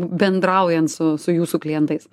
bendraujant su su jūsų klientais